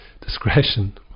discretion